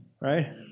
Right